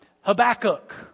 Habakkuk